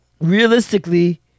realistically